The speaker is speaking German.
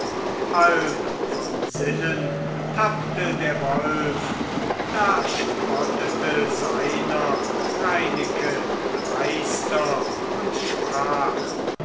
halb von sinnen tappte der wolf da spottete seiner reineke dreister und sprach